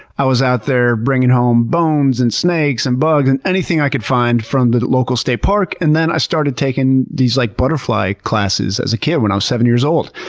i was out there bringing home bones, and snakes, and bugs, and anything i could find from the local state park and then i started taking these, like, butterfly classes as a kid when i was seven years old.